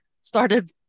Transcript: started